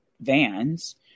vans